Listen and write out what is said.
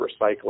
recycling